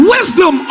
Wisdom